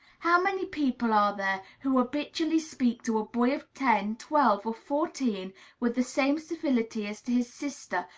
how many people are there who habitually speak to a boy of ten, twelve, or fourteen with the same civility as to his sister,